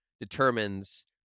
determines